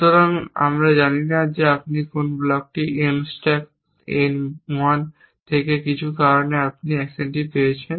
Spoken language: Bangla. সুতরাং আমরা জানি না আপনি কোন ব্লকটি n স্ট্যাক n 1 থেকে কিছু কারণে আপনি এই অ্যাকশনটি পেয়েছেন